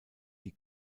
die